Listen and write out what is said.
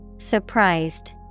Surprised